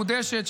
מחודשת,